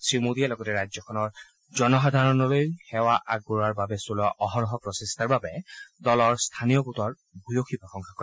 শ্ৰীমোদীয়ে লগতে ৰাজ্যখনৰ জনসাধাৰণলৈ সেৱা আগবঢ়োৱাৰ অৰ্থে চলোৱা অহৰহ প্ৰচেষ্টাৰ বাবে দলৰ স্থানীয় গোটৰ ভূয়সী প্ৰশংসা কৰে